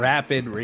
Rapid